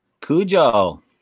Cujo